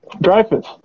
Dreyfus